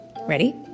Ready